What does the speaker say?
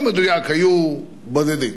לא מדויק, היו בודדים.